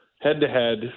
head-to-head